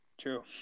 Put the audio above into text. True